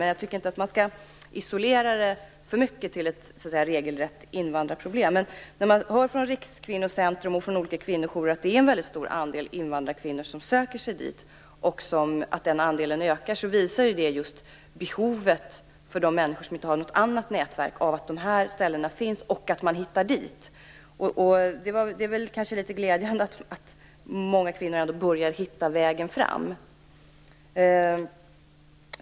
Men jag tycker inte att man skall isolera det för mycket till ett regelrätt invandrarproblem. Nu hör man från Rikskvinnocentrum och olika kvinnojourer att en väldigt stor andel av de kvinnor som söker sig dit är invandrarkvinnor och att den andelen ökar. Det visar behovet för de människor som inte har något annat nätverk av de här ställena. Det är viktigt att man också hittar dit. Det är ändå litet glädjande att många kvinnor börjar hitta vägen fram.